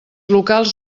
locals